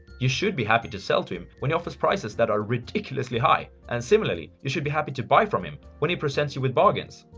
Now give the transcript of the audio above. you should be happy to sell to him when he offers prices that are ridiculously high, and similarly, you should be happy to buy from him when he presents you with bargains.